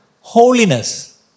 holiness